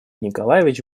николаевич